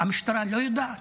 המשטרה לא יודעת?